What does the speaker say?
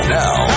now